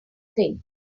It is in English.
thing